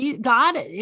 God